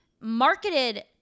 marketed